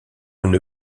une